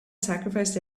sacrificed